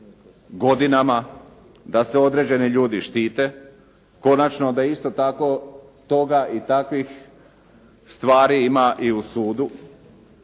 godinama, da se određeni ljudi štite. Konačno, da isto tako toga i takvih stvari ima i u sudu